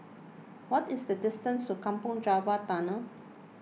what is the distance to Kampong Java Tunnel